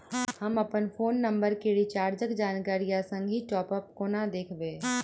हम अप्पन phone number केँ रिचार्जक जानकारी आ संगहि टॉप अप कोना देखबै?